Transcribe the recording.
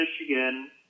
Michigan